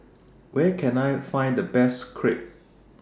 Where Can I Find The Best Crepe